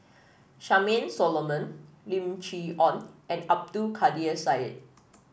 Charmaine Solomon Lim Chee Onn and Abdul Kadir Syed